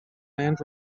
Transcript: land